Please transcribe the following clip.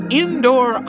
indoor